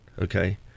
okay